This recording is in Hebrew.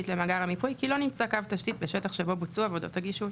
למאגר המיפוי כי לא נמצא קו תשתית בשטח שבו בוצעו עבודות הגישוש,